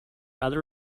other